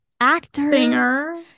actors